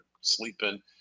sleeping